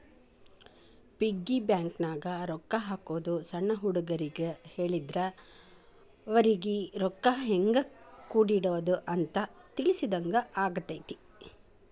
piggy ಬ್ಯಾಂಕನ್ಯಾಗ ರೊಕ್ಕಾ ಹಾಕೋದು ಸಣ್ಣ ಹುಡುಗರಿಗ್ ಹೇಳಿದ್ರ ಅವರಿಗಿ ರೊಕ್ಕಾ ಹೆಂಗ ಕೂಡಿಡೋದ್ ಅಂತ ತಿಳಿಸಿದಂಗ ಆಗತೈತಿ